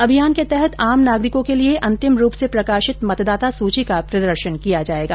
अभियान के तहत् आम नागरिको के लिए अन्तिम रूप से प्रकाशित मतदाता सूची का प्रदर्शन किया जाएगा